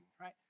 right